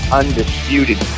undisputed